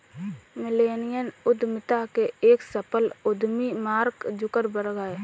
millennial उद्यमिता के एक सफल उद्यमी मार्क जुकरबर्ग हैं